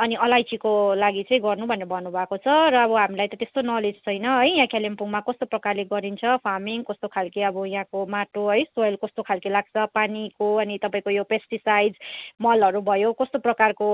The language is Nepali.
अनि अलैँचीको लागि चाहिँ गर्नु भनेर भन्नुभएको छ र अब हामीलाई त त्यस्तो नलेज छैन है यहाँ कालिम्पोङमा कस्तो प्रकारले गरिन्छ फार्मिङ कस्तो खालके अब यहाँको माटो है सोयल कस्तो खालके लाग्छ पानीको अनि तपाईँको यो पेस्टिसाइड्स मलहरू भयो कस्तो प्रकारको